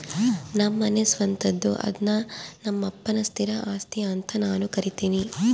ನಮ್ಮನೆ ಸ್ವಂತದ್ದು ಅದ್ನ ನಮ್ಮಪ್ಪನ ಸ್ಥಿರ ಆಸ್ತಿ ಅಂತ ನಾನು ಕರಿತಿನಿ